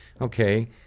Okay